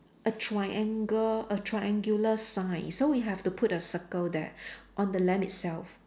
a triangle a triangular sign so you have to put a circle there on the lamp itself